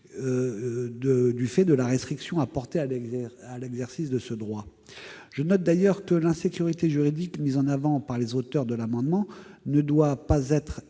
donc des restrictions à l'exercice de ce droit. Je note d'ailleurs que l'insécurité juridique mise en avant par les auteurs des amendements ne doit pas être exagérée